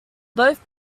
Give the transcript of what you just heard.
both